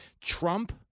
Trump